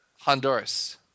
Honduras